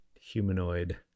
humanoid